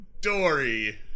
Dory